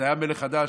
זה היה מלך חדש,